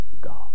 God